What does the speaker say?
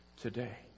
today